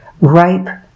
ripe